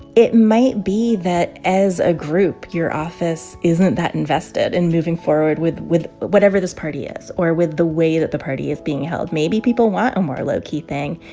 it might be that as a group, your office isn't that invested in moving forward with with whatever this party is or with the way that the party is being held. maybe people want a more lowkey thing.